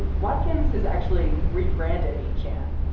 watkins has actually rebranded eight chan.